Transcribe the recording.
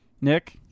Nick